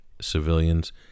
civilians